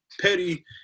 Petty